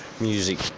music